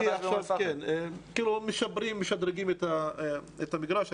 משדרגים את המגרש,